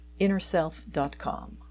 InnerSelf.com